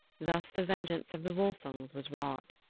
thus the vengeance of the volsungs was wrought.